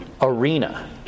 arena